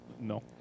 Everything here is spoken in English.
No